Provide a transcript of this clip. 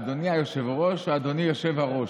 אדוני היושב-ראש או אדוני יושב-הראש?